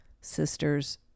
sisters